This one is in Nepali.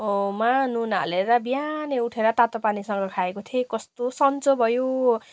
मा नुन हालेर बिहाने उठेर तातो पानीसँग खाएको थिएँ कस्तो सन्चो भयो